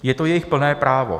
Je to jejich plné právo.